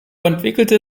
entwickelte